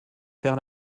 faire